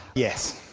yes.